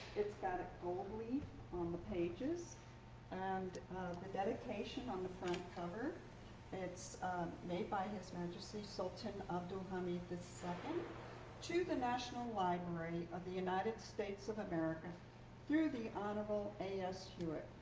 it's got a gold leaf on the pages and the dedication on the front cover it's made by his majesty sultan abdulhamid the second to the national library of the united states of america through the honorable a. s. hewitt.